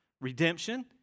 Redemption